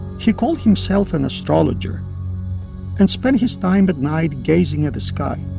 he called himself an astrologer and spent his time at night gazing at the sky